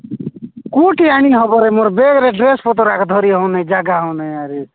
କୋଉଠି ଆନି ହବ ମୋର ବେଗରେ ଡ୍ରେସପତ୍ର ଆକ ଧରି ହଉନାଇଁ ଜାଗା ହଉନାଇଁ ଆରେରି